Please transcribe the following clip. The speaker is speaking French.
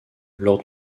lors